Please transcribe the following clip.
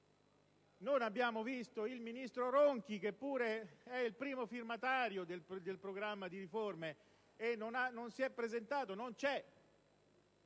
Non abbiamo visto il ministro Ronchi, che pure è il primo firmatario del programma di riforme: non si è presentato. E non